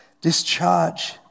Discharge